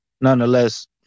nonetheless